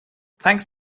thanks